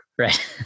Right